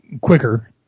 quicker